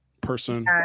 person